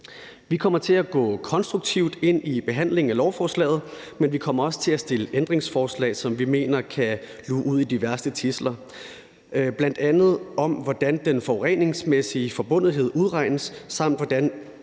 Vi kommer til at gå konstruktivt ind i behandlingen af lovforslaget, men vi kommer også til at stillet ændringsforslag, som vi mener kan luge ud i de værste tidsler, bl.a. om, hvordan den forureningsmæssige forbundethed udregnes, samt hvordan